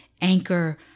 anchor